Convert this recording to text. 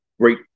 great